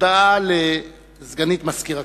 הודעה לסגנית מזכיר הכנסת.